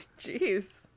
Jeez